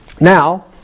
Now